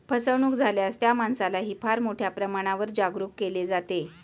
फसवणूक झाल्यास त्या माणसालाही फार मोठ्या प्रमाणावर जागरूक केले जाते